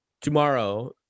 tomorrow